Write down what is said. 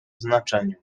znaczeniu